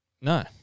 no